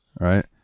Right